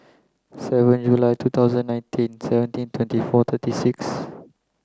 seven July two thousand nineteen seventeen twenty four thirty six